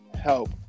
help